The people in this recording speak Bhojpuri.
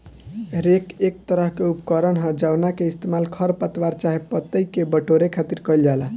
रेक एक तरह के उपकरण ह जावना के इस्तेमाल खर पतवार चाहे पतई के बटोरे खातिर कईल जाला